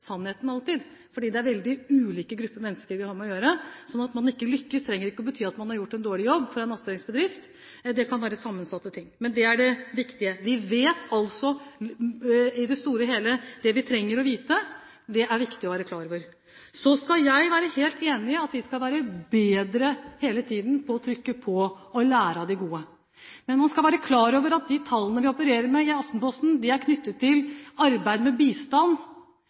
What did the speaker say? sannheten, for det er veldig ulike grupper mennesker vi har med å gjøre. Så det at man ikke lykkes, trenger ikke å bety at det er gjort en dårlig jobb fra en attføringsbedrift. Det kan være sammensatte ting. Men det er det viktige. Vi vet altså – i det store og hele – det vi trenger å vite. Det er det viktig å være klar over. Så er jeg helt enig i at vi hele tiden skal være bedre når det gjelder å trykke på og lære av de gode eksemplene. Men man skal være klar over at de tallene man opererer med i Aftenposten, er knyttet til «Arbeid med bistand».